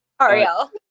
Ariel